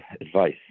advice